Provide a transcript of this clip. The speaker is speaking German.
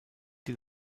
die